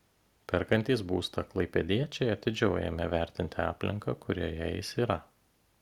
perkantys būstą klaipėdiečiai atidžiau ėmė vertinti aplinką kurioje jis yra